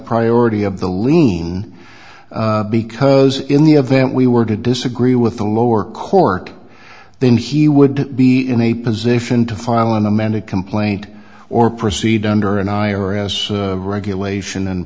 priority of the lien because in the event we were to disagree with the lower court then he would be in a position to file an amended complaint or proceed under an i r s regulation and